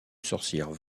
sorcière